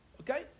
Okay